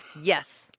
Yes